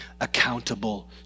accountable